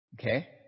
Okay